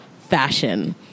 fashion